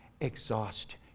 exhaust